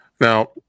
Now